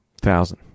thousand